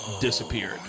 disappeared